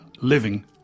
living